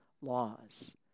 laws